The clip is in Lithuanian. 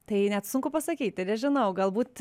tai net sunku pasakyti nežinau galbūt